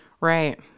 right